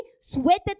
sweated